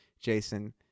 Jason